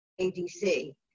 ADC